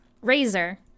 Razor